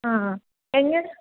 ആ എങ്ങനാണ്